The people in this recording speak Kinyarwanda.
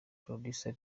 producer